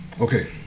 Okay